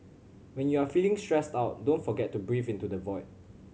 when you are feeling stressed out don't forget to breathe into the void